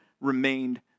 remained